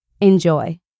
Enjoy